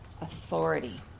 authority